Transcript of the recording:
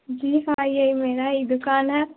جی ہاں یہ میرا ہی دوکان ہے